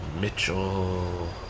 Mitchell